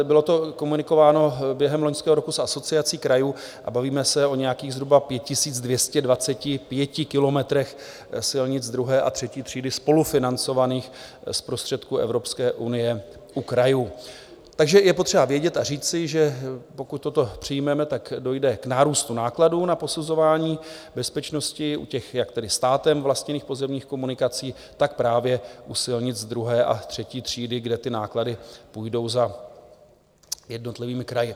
Bylo to komunikováno během loňského roku s Asociací krajů a bavíme se o nějakých zhruba 5 225 kilometrech silnic druhé a třetí třídy spolufinancovaných z prostředků Evropské unie u krajů, takže je potřeba vědět a říci, že pokud toto přijmeme, dojde k nárůstu nákladů na posuzování bezpečnosti u těch jak státem vlastněných pozemních komunikací, tak právě u silnic druhé a třetí třídy, kde náklady půjdou za jednotlivými kraji.